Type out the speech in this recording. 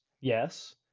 Yes